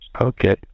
Okay